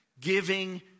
giving